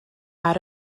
out